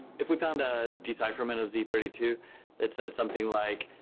if we found a decipherment of z three two that said something like,